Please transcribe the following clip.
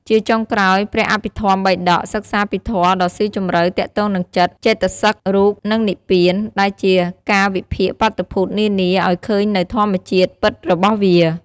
ជាចុងក្រោយ ព្រះអភិធម្មបិដក សិក្សាពីធម៌ដ៏ស៊ីជម្រៅទាក់ទងនឹងចិត្ត ចេតសិក រូប និងនិព្វាន ដែលជាការវិភាគបាតុភូតនានាឱ្យឃើញនូវធម្មជាតិពិតរបស់វា។